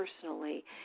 personally